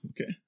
Okay